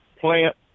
plant